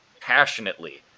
passionately